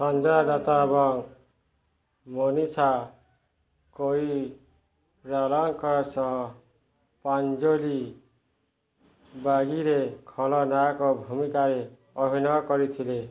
ସଞ୍ଜୟ ଦତ୍ତ ଏବଂ ମନୀଷା କୋଇଲିରରଙ୍କ ସହ ପାଞ୍ଜୋଲୀ ବାଗୀରେ ଖଳନାୟକ ଭୂମିକାରେ ଅଭିନୟ କରିଥିଲେ